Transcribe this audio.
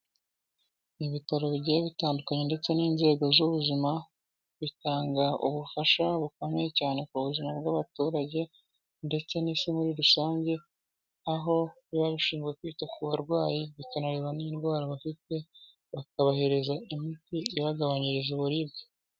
Mu ibitaro bigiye bitandukanye ndetse n'inzego z'ubuzima, bitanga ubufasha bukomeye cyane ku buzima bw'abaturage ndetse n'isi muri rusange, aho biba bishinzwe kwita ku barwayi bikanareba n'indwara bafite bakabahereza imiti ibagabanyiriza uburibwe.